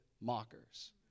mockers